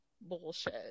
bullshit